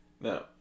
No